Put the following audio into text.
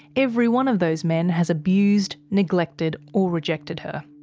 every one of those men has abused, neglected or rejected her.